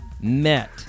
met